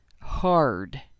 hard